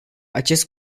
acest